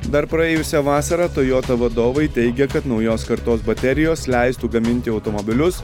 dar praėjusią vasarą toyota vadovai teigė kad naujos kartos baterijos leistų gaminti automobilius